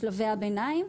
שלבי הביניים.